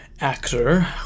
actor